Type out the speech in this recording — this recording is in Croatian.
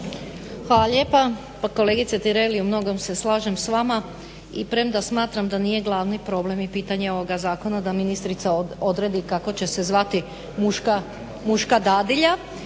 (HDZ)** Pa kolegice Tireli u mnogom se slažem s vama. I premda smatram da nije glavni problem i pitanje ovoga zakona da ministrica odredi kako će se zvati muška dadilja.